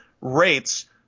rates